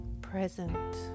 present